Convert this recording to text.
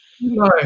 No